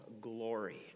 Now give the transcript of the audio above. glory